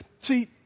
See